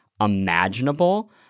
imaginable